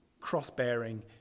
cross-bearing